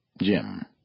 Jim